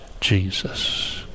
Jesus